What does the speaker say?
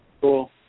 Cool